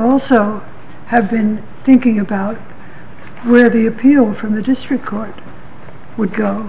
also have been thinking about where the appeal from the district court would go